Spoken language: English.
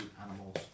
animals